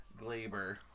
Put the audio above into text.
Glaber